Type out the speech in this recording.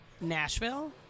Nashville